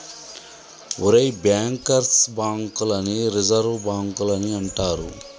ఒరేయ్ bankers bank లని reserve బాంకులని అంటారు